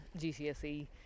GCSE